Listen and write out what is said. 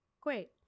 great